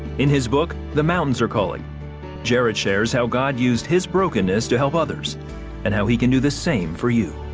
in his book the mountains are calling jared shares how god used his brokenness to help others and how he can do the same for you.